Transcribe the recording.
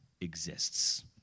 exists